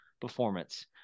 performance